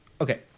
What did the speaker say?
Okay